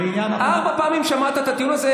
ארבע פעמים שמענו את הטיעון הזה,